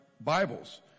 Bibles